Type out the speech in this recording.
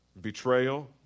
betrayal